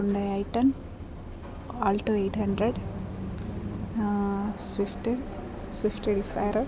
Hyundai I ten alto eight hundred swift swift Dzire